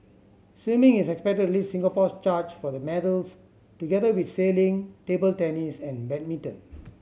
swimming is expected lead Singapore's charge for the medals together with sailing table tennis and badminton